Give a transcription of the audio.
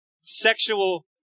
sexual